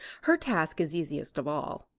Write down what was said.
her task is easiest of all.